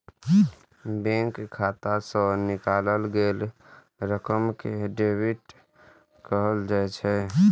bank खाता सं निकालल गेल रकम कें डेबिट कहल जाइ छै